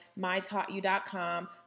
mytaughtyou.com